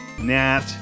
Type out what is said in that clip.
Nat